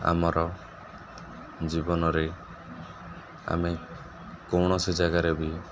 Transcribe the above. ଆମର ଜୀବନରେ ଆମେ କୌଣସି ଜାଗାରେ ବି